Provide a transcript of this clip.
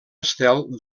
estel